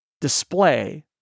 display